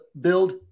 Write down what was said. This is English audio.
build